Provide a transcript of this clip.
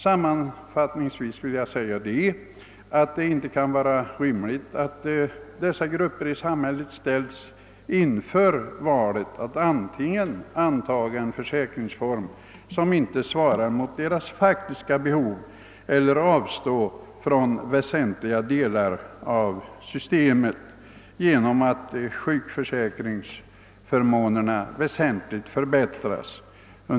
Sammanfattningsvis vill jag säga att det inte kan vara rimligt att dessa grupper i samhället ställs inför valet att antingen ansluta sig till en försäkringsform som inte svarar mot deras faktiska behov eller avstå från väsentliga delar av försäkringssystemet särskilt nu då sjukförsäkringsförmånerna väsentligt förbättras.